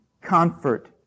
comfort